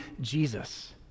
Jesus